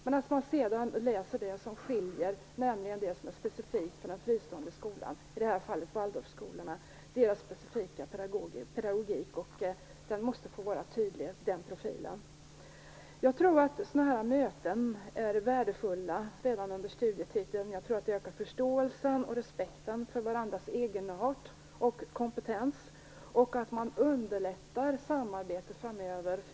Man läser sedan det som skiljer, nämligen det som är specifikt för den fristående skolan, i det här fallet Waldorfskolorna, med deras specifika pedagogik. Den profilen måste få vara tydlig. Sådana här möten är värdefulla redan under studietiden. Det ökar förståelsen och respekten för varandras agerande och kompetens. Detta underlättar också samarbete framöver.